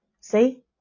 See